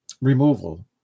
removal